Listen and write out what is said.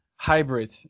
hybrid